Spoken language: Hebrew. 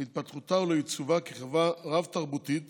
להתפתחותה ולעיצובה כחברה רב-תרבותית